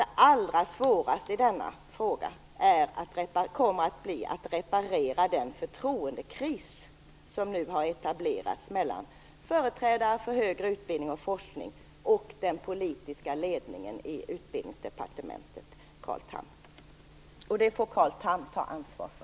Det allra svåraste i denna fråga kommer att bli att komma över den förtroendekris som har etablerats mellan företrädare för högre utbildning och forskning å ena sidan och den politiska ledningen i Utbildningsdepartementet, Carl Tham, å den andra. Det får Carl Tham ta ansvar för.